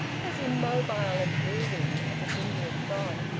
as immobile and brooding as an indian god.